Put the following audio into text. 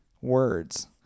words